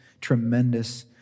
tremendous